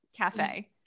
Cafe